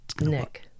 nick